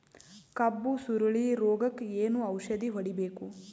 ಕಬ್ಬು ಸುರಳೀರೋಗಕ ಏನು ಔಷಧಿ ಹೋಡಿಬೇಕು?